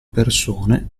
persone